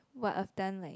but I've done like